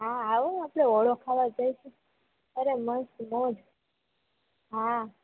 આ આવો એટલે ઓઢો ખાવા જય શું અરે મસ્ત મોજ હા